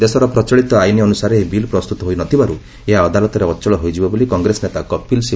ଦେଶର ପ୍ରଚଳିତ ଆଇନ ଅନୁସାରେ ଏହି ବିଲ୍ ପ୍ରସ୍ତୁତ ହୋଇ ନ ଥିବାରୁ ଏହା ଅଦାଲତରେ ଅଚଳ ହୋଇଯିବ ବୋଲି କଂଗ୍ରେସ ନେତା କପିଲ୍ ଶିବଲ୍ କହିଥିଲେ